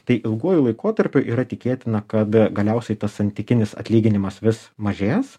tai ilguoju laikotarpiu yra tikėtina kad galiausiai tas santykinis atlyginimas vis mažės